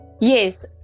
Yes